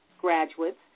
graduates